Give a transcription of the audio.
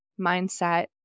mindset